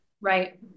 Right